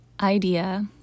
idea